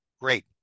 great